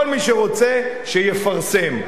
כל מי שרוצה שיפרסם,